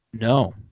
No